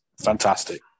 fantastic